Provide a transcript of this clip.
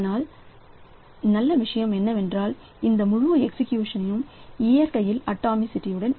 ஆனால் நல்ல விஷயம் என்னவென்றால் இந்த முழு எக்ஸிகியூசன் இயற்கையில் அட்டாமிக்